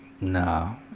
No